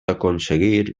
aconseguir